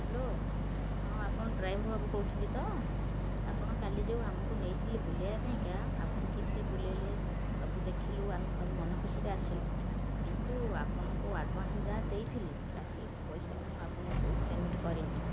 hello ହଁ ଆପଣ driver ବାବୁ କହୁଛନ୍ତି ତ ଆପଣ କାଲି ଯେଉଁ ଆମକୁ ନେଇଥିଲେ ବୁଲେଇବା ପାଇଁକା ଆପଣ ଠିକସେ ବୁଲେଇଲେ ସବୁ ଦେଖିଲୁ ଆମେ ଭାରି ମନ ଖୁସିରେ ଆସିଲୁ କିନ୍ତୁ ଆପଣଙ୍କୁ ଆଡ଼ଭାନ୍ସ ଯାହା ଦେଇଥିଲି ବାକି ପଇସା ମୁଁ ଆପଣଙ୍କୁ ପେମେଣ୍ଟ୍ କରିନି